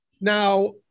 Now